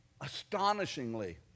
astonishingly